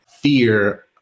fear